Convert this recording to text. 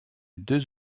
deux